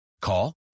Call